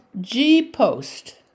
G-Post